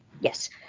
Yes